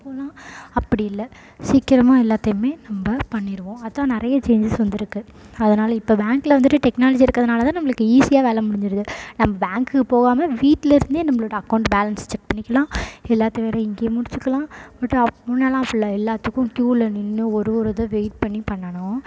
இப்போவெல்லாம் அப்படி இல்லை சீக்கிரமாக எல்லாத்தைமே நம்ம பண்ணிடுவோம் அதுதான் நிறைய சேஞ்சஸ் வந்திருக்கு அதனால் இப்போ பேங்க்கில் வந்துட்டு டெக்னாலஜி இருக்கறதுனால தான் நம்மளுக்கு ஈஸியாக வேலை முடிஞ்சுருது நம்ம பேங்க்குக்கு போகாம வீட்டில் இருந்தே நம்மளோட அக்கோண்ட்டு பேலன்ஸ் செக் பண்ணிக்கலாம் எல்லாத்தையும் வேறு இங்கேயே முடிச்சுக்கலாம் பட் முன்னாடில்லாம் அப்பிடில்ல எல்லாத்துக்கும் க்யூவில் நின்று ஒரு ஒரு இது வெயிட் பண்ணி பண்ணணும்